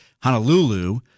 Honolulu